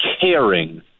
caring